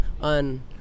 on